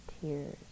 tears